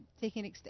taking